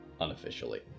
unofficially